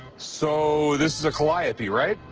so this is a calliope, right?